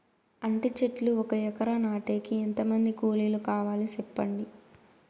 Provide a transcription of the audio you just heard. అంటి చెట్లు ఒక ఎకరా నాటేకి ఎంత మంది కూలీలు కావాలి? సెప్పండి?